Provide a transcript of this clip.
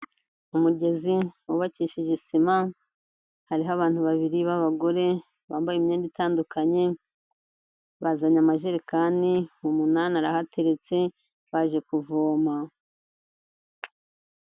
Umugezi wubakishije sima hariho abantu babiri b'abagore bambaye imyenda itandukanye, bazanye amajerekani umunani arahateretse, baje kuvoma.